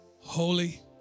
holy